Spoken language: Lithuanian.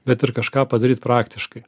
bet ir kažką padaryt praktiškai